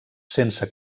sense